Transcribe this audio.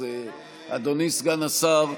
אדוני סגן השר.